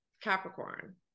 Capricorn